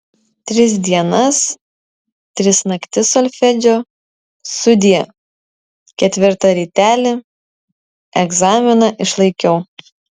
tris dienas tris naktis solfedžio sudie ketvirtą rytelį egzaminą išlaikiau